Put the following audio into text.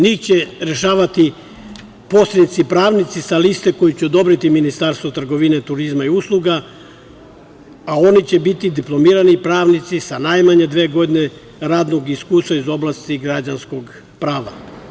Njih će rešavati posrednici pravnici sa liste koju će odobriti Ministarstvo trgovine, turizma i usluga, a oni će biti diplomirani pravnici sa najmanje dve godine radnog iskustva iz oblasti građanskog prava.